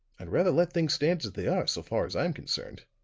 i'd rather let things stand as they are, so far as i'm concerned.